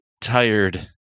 tired